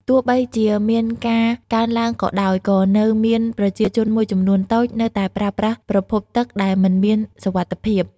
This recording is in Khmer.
ទោះបីជាមានការកើនឡើងក៏ដោយ ក៏នៅមានប្រជាជនមួយចំនួនតូចនៅតែប្រើប្រាស់ប្រភពទឹកដែលមិនមានសុវត្ថិភាព។